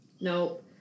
Nope